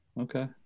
okay